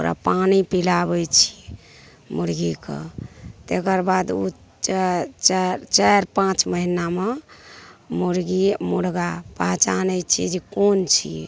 ओकरा पानि पिलाबै छिए मुरगीके तेकर बाद ओ च चारि चारि पाँच महिनामे मुरगी मुरगा पहचानै छिए जे कोन छिए